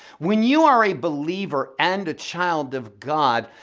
when you are a believer and a child of god,